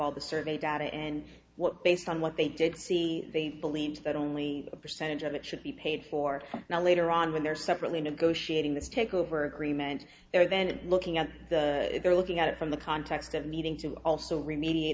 all the survey data and what based on what they did see they believed that only a percentage of it should be paid for now later on when their separately negotiating this takeover agreement or then looking at they're looking at it from the context of needing to also remedia